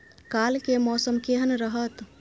काल के मौसम केहन रहत?